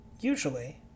usually